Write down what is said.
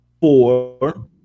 four